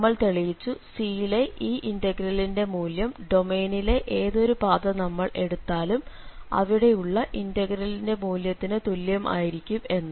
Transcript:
നമ്മൾ തെളിയിച്ചു C യിലെ ഈ ഇന്റഗ്രലിന്റെ മൂല്യം ഡൊമെയ്നിലെ ഏതൊരു പാത നമ്മൾ എടുത്താലും അവിടെയുള്ള ഇന്റഗ്രലിന്റെ മൂല്യത്തിനു തുല്യമായിരിക്കും എന്ന്